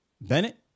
Bennett